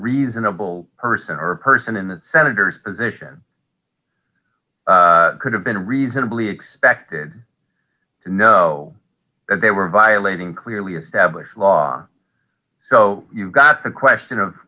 reasonable person or a person in the senator's position could have been reasonably expected to know that they were violating clearly established law so you've got the question of